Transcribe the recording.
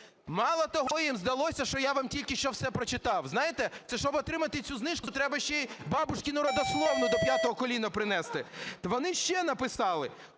Мало того, їм здалося, що я вам тільки що все прочитав. Знаєте, це щоб отримати цю знижку, треба ще і бабушкину родословну до п'ятого коліна принести, вони ще написали: